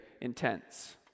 intense